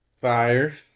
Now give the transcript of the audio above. Fire